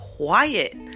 quiet